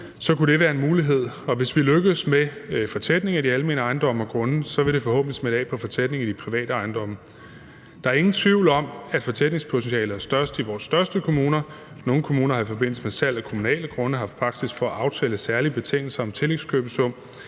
så kunne det være en mulighed, og hvis vi lykkes med fortætning af de almene ejendomme og grunde, vil det forhåbentlig smitte af på fortætningen i de private ejendomme. Der er ingen tvivl om, at fortætningspotentialet er størst i vores største kommuner. Nogle kommuner har i forbindelse med salg af kommunale grunde haft praksis for at aftale særlige betingelser om tillægskøbesum.